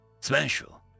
special